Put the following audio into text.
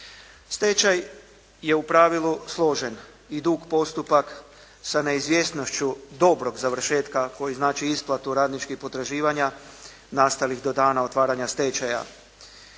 Stečaj je u pravilu složen i dug postupak sa neizvjesnošću dobrog završetka koji znači isplatu radničkih potraživanja nastalih do dana otvaranja stečaja.